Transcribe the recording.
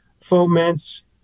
foments